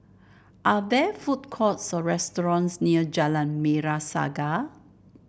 are there food courts or restaurants near Jalan Merah Saga